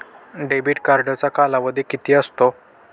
Debit कार्डचा कालावधी किती असतो?